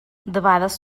debades